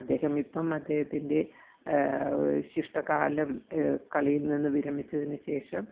അദ്ദേഹം ഇപ്പം അദ്ദേഹത്തിൻ്റെ ശിഷ്ടകാലം കളിയിൽ നിന്ന് വിരമിച്ചതിന് ശേഷം